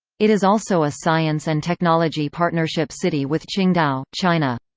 it is also a science and technology partnership city with qingdao, china.